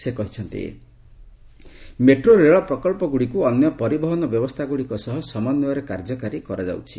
ସେ କହିଛନ୍ତି ମେଟ୍ରୋ ରେଳ ପ୍ରକଳ୍ପଗୁଡ଼ିକୁ ଅନ୍ୟ ପରିବହନ ବ୍ୟବସ୍ଥାଗୁଡ଼ିକ ସହ ସମନ୍ଧୟରେ କାର୍ଯ୍ୟକାରୀ କରାଯାଉଛି